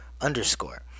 underscore